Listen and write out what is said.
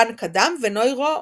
בנק הדם ונוירו-אונקולוגיה.